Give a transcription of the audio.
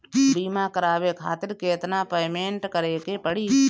बीमा करावे खातिर केतना पेमेंट करे के पड़ी?